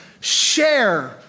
Share